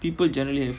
people generally have